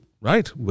right